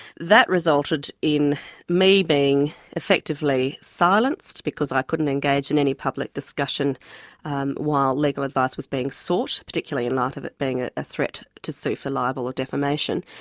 that resulted in me being effectively silenced because i couldn't engage in any public discussion while legal advice was being sought, particularly in light of it being ah a threat to sue for liable or defamation.